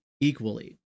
equally